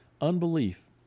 unbelief